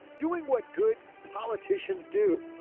doing what good politicians do.